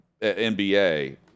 NBA